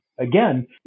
again